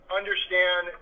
understand